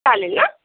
चालेल न